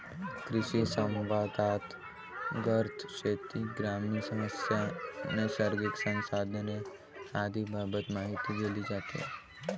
कृषिसंवादांतर्गत शेती, ग्रामीण समस्या, नैसर्गिक संसाधने आदींबाबत माहिती दिली जाते